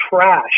trash